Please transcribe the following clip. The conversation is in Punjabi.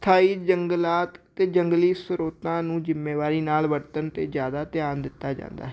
ਸਥਾਈ ਜੰਗਲਾਤ ਅਤੇ ਜੰਗਲੀ ਸਰੋਤਾਂ ਨੂੰ ਜ਼ਿੰਮੇਵਾਰੀ ਨਾਲ ਵਰਤਣ 'ਤੇ ਜ਼ਿਆਦਾ ਧਿਆਨ ਦਿੱਤਾ ਜਾਂਦਾ ਹੈ